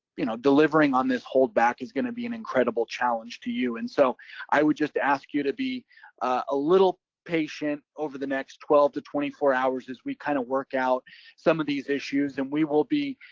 you know, delivering on this hold back is going to be an incredible challenge to you. and so i would just ask you to be uhh a little patient over the next twelve to twenty four hours as we kind of work out some of these issues and we will be.